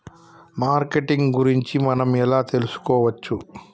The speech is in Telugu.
మార్కెటింగ్ గురించి మనం ఎలా తెలుసుకోవచ్చు?